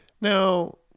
Now